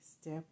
Step